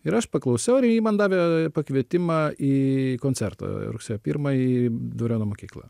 ir aš paklausiau ir ji man davė pakvietimą į koncertą rugsėjo pirmąjį dvariono mokykla